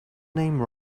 name